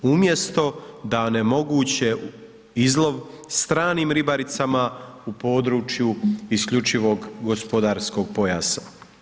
Umjesto da onemoguće izlov stranim ribaricama u području isključivog gospodarskog pojasa.